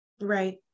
Right